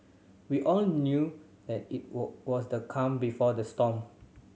we all knew that it were was the calm before the storm